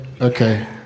Okay